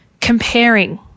comparing